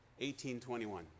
18.21